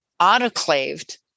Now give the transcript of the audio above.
autoclaved